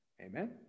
Amen